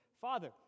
Father